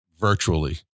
virtually